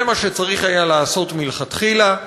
זה מה שצריך היה לעשות מלכתחילה.